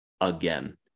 again